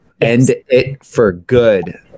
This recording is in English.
Enditforgood